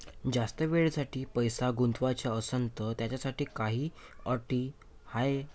जास्त वेळेसाठी पैसा गुंतवाचा असनं त त्याच्यासाठी काही अटी हाय?